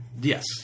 Yes